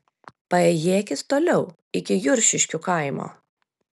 paėjėkit toliau iki juršiškių kaimo